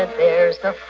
and there's a